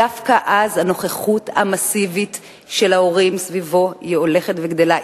דווקא אז הנוכחות המסיבית של ההורים סביבו הולכת וגדלה,